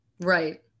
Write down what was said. right